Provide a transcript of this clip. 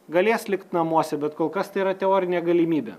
galės likt namuose bet kol kas tai yra teorinė galimybė